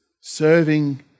serving